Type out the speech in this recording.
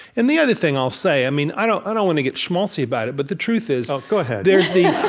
and the other thing i'll say, i mean, i don't don't want to get schmaltzy about it, but the truth is, oh, go ahead there's the